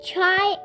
Try